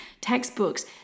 textbooks